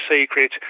secret